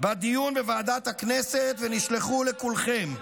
בדיון בוועדת הכנסת, ונשלחו לכולכם.